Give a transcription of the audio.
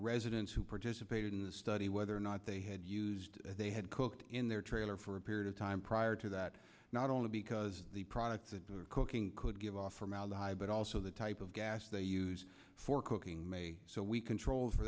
residents who participated in the study whether or not they had used they had cooked in their trailer for a period of time prior to that not only because the products that were cooking could give off formaldehyde but also the type of gas they use for cooking so we controlled for